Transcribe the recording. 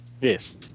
Yes